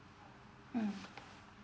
mm